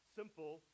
simple